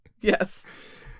Yes